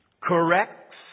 corrects